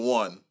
one